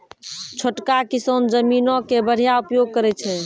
छोटका किसान जमीनो के बढ़िया उपयोग करै छै